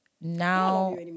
now